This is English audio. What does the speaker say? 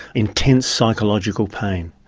intense psychological pain.